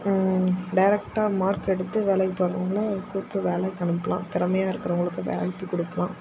டைரக்டாக மார்க் எடுத்து வேலைக்கு போகணும் வேலைக்கு அனுப்பலாம் திறமையாக இருக்கிறவங்களுக்கு வேலைக்கி கொடுக்கலாம்